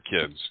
kids